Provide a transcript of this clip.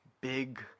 big